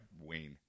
Wayne